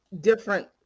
different